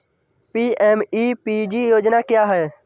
PMEPG योजना क्या है?